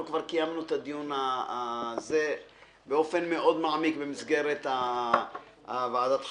אנחנו כבר קיימנו את הדיון הזה באופן מאוד מעמיק במסגרת ועדת החקירה.